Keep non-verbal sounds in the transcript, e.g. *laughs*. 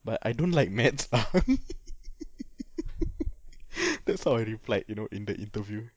but I don't like maths lah *laughs* that's how I replied you know in the interview